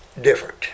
different